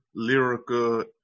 Lyrica